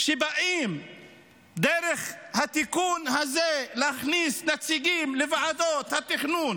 ובאים דרך התיקון הזה להכניס נציגים לוועדות התכנון